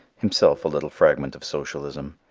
himself a little fragment of socialism.